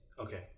Okay